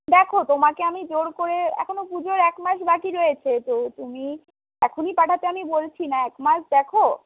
দেখো তোমাকে আমি জোর করে এখনো পুজোর একমাস বাকি রয়েছে তো তুমি এখনই পাঠাতে আমি বলছি না একমাস দেখো